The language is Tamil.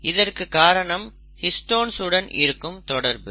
இதற்கு காரணம் ஹிஸ்டோன்ஸ் உடன் இருக்கும் தொடர்பு